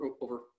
over